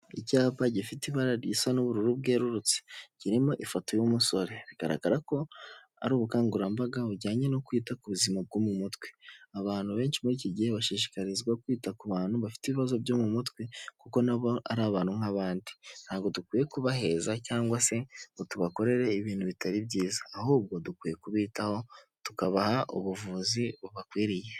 Icyapa gifite ibara risa n'ubururu bwerurutse kirimo ifoto y'umusore, bigaragara ko ari ubukangurambaga bujyanye no kwita ku buzima bwo mu mutwe, abantu benshi muri iki gihe bashishikarizwa kwita ku bantu bafite ibibazo byo mu mutwe kuko na bo ari abantu nk'abandi, ntago dukwiye kubaheza cyangwa se ngo tubakorere ibintu bitari byiza, ahubwo dukwiye kubitaho tukabaha ubuvuzi bubakwiriye.